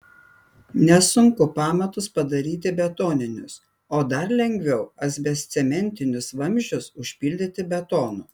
nesunku pamatus padaryti betoninius o dar lengviau asbestcementinius vamzdžius užpildyti betonu